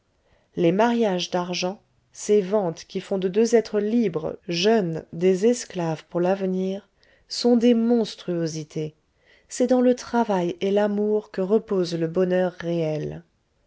les mariages dargent ces ventes qui font de deux êtres libres jeunes des esclaves pour lavenir sont des monstruosités c'est dans le travail et l'amour que repose le bonheur réel